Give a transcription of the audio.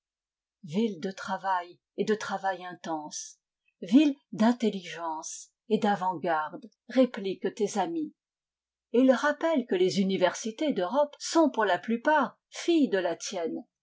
ville de travail et de travail intense ville d'intelligence et d'avant-garde répliquent tes amis et ils rappellent que les universités d'europe sont pour la plupart filles de la tienne